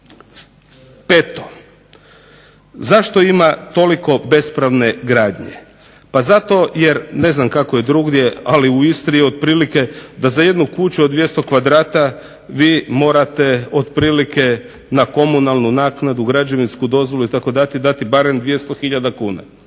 Peto, zašto ima toliko bespravne gradnje. Zato jer, ne znam kako je drugdje, u Istri je otprilike da za jednu kuću od 200 kvadrata vi morate otprilike na komunalnu naknadu, građevinsku dozvolu i tako dati barem 200 hiljada